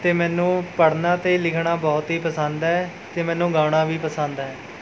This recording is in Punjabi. ਅਤੇ ਮੈਨੂੰ ਪੜ੍ਹਨਾ ਅਤੇ ਲਿਖਣਾ ਬਹੁਤ ਹੀ ਪਸੰਦ ਹੈ ਅਤੇ ਮੈਨੂੰ ਗਾਉਣਾ ਵੀ ਪਸੰਦ ਹੈ